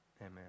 Amen